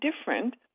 different